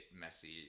messy